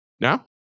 Now